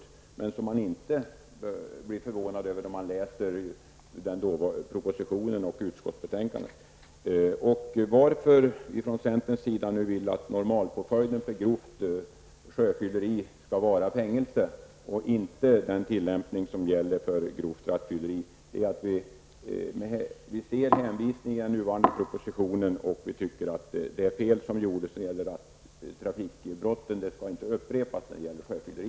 Men man blir inte förvånad när man läser den dåvarande propositionen och utskottsbetänkandet. Varför vi från centern vill att normalpåföljden för grovt sjöfylleri skall vara fängelse och inte den tillämpning som gäller för grovt rattfylleri, beror på att vi ser hänvisningar i den nuvarande propositionen och vi tycker att det fel som gjordes för trafikbrotten inte skall upprepas när det gäller sjöfylleri.